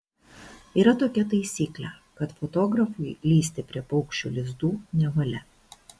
yra tokia taisyklė kad fotografui lįsti prie paukščių lizdų nevalia